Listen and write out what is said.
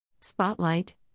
Spotlight